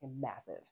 massive